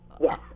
yes